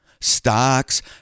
Stocks